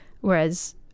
whereas